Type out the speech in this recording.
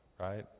Right